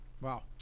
Wow